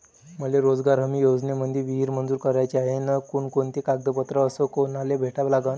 मले रोजगार हमी योजनेमंदी विहीर मंजूर कराची हाये त कोनकोनते कागदपत्र अस कोनाले भेटा लागन?